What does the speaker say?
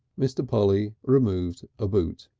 mr. polly removed a boot.